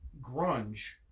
grunge